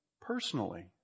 personally